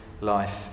life